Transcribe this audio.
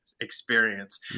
experience